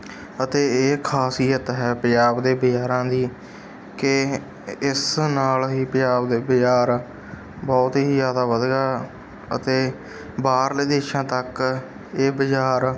ਅਤੇ ਇਹ ਖਾਸੀਅਤ ਹੈ ਪੰਜਾਬ ਦੇ ਬਜ਼ਾਰਾਂ ਦੀ ਕਿ ਇਸ ਨਾਲ ਹੀ ਪੰਜਾਬ ਦੇ ਬਜ਼ਾਰ ਬਹੁਤ ਹੀ ਜ਼ਿਆਦਾ ਵਧੀਆ ਅਤੇ ਬਾਹਰਲੇ ਦੇਸ਼ਾਂ ਤੱਕ ਇਹ ਬਜ਼ਾਰ